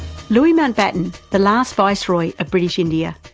louis mountbatten, the last viceroy of british india.